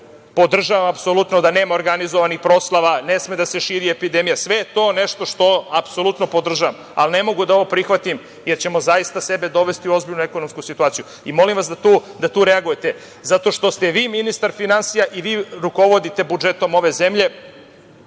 Novu godinu nema organizovanih proslava, ne sme da se širi epidemija. Sve je to nešto što apsolutno podržavam, ali ne mogu ovo da prihvatim jer ćemo zaista sebe dovesti u ozbiljnu ekonomsku situaciju. Molim vas da tu reagujete, zato što ste vi ministar finansija i vi rukovodite budžetom ove zemlje.